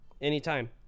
anytime